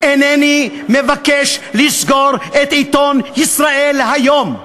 אינני מבקש לסגור את עיתון "ישראל היום",